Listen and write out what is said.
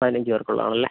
പതിനഞ്ച് പേർക്കുള്ളതാണല്ലേ